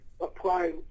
apply